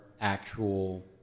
actual